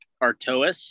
Artois